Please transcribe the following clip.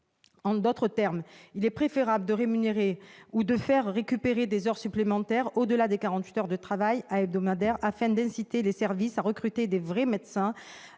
En d'autres termes, il est préférable de rémunérer ou de faire récupérer des heures supplémentaires au-delà des 48 heures de travail hebdomadaire, afin d'inciter les services à recruter de vrais médecins,